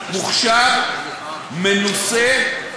מוכשר, מנוסה,